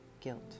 guilt